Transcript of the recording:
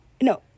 No